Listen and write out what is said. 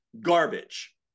garbage